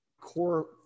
core